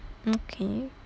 okay